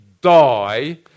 die